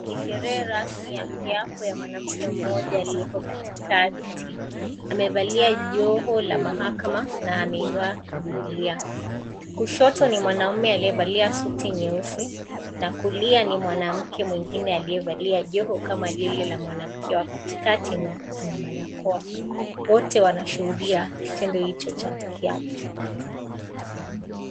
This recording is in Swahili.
Hii ni sherehe rasmi ya kiapo ya mwanamke mmoja aliye katikati, amevalia joho la mahakama na ameinua Biblia, kushoto ni mwanaume aliyevalia suti nyeusi na kulia ni mwanamke mwingine aliyevalia joho kama lile la mwanamke wa katikati na ana barakoa, wote wanashuhudia kitendo hicho cha kiapo.